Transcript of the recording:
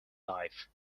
life